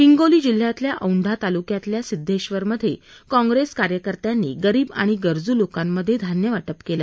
हिंगोली जिल्ह्यातल्या औंढा तालुक्यातल्या सिद्धश्वरमध्ये काँप्रेस कार्यकर्त्यांनी गरीब आणि गरजू लोकांना धान्य वाटप केले